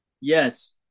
Yes